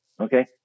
Okay